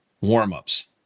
warm-ups